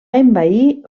envair